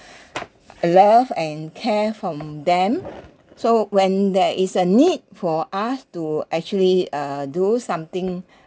love and care from them so when there is a need for us to actually uh do something